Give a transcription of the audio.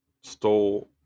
stole